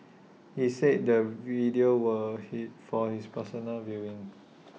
he said the videos were for his personal viewing